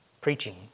preaching